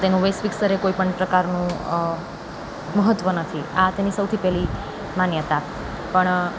તેનું વૈશ્વિક સ્તરે કોઈ પણ પ્રકારનું મહત્ત્વ નથી આ તેની સૌથી પહેલી માન્યતા પણ